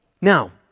Now